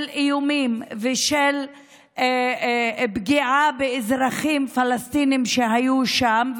איומים ושל פגיעה באזרחים פלסטינים שהיו שם,